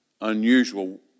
unusual